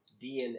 DNA